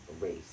race